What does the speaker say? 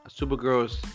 Supergirls